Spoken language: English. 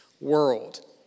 world